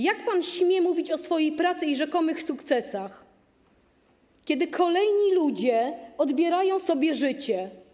Jak pan śmie mówić o swojej pracy i rzekomych sukcesach, kiedy kolejni ludzie odbierają sobie życie?